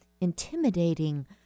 intimidating